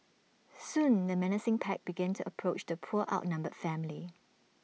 soon the menacing pack began to approach the poor outnumbered family